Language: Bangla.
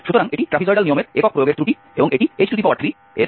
সুতরাং এটি ট্র্যাপিজয়েডাল নিয়মের একক প্রয়োগের ত্রুটি এবং এটি h3 এর